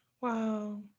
Wow